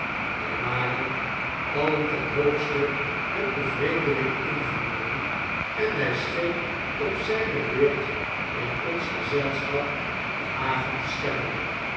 wy waren alien ten hoogste met den vreemdeling ingenomen en hy scheen op zyne beurtinonsgezelschapbehagen te scheppen